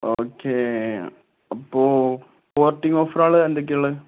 okay അപ്പോൾ porting ഓഫറകൾ എന്തൊക്കെയാണ് ഉള്ളത്